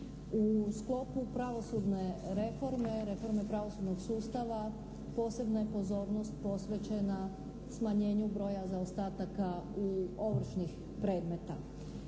U sklopu pravosudne reforme, reforme pravosudnog sustava posebna je pozornost posvećena smanjenju broja zaostataka u, ovršnih predmeta.